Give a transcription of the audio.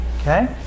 Okay